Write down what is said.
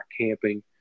camping